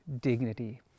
dignity